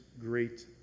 great